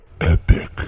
Epic